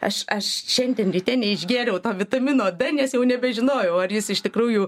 aš aš šiandien ryte neišgėriau to vitamino d nes jau nebežinojau ar jis iš tikrųjų